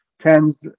tens